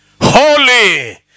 Holy